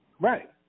Right